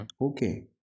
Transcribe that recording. Okay